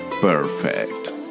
Perfect